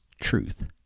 truth